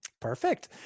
Perfect